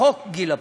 לחוק גיל הפרישה,